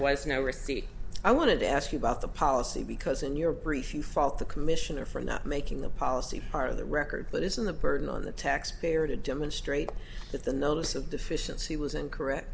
receipt i wanted to ask you about the policy because in your brief you felt the commissioner for not making the policy part of the record but isn't the burden on the taxpayer to demonstrate that the notice of deficiency was incorrect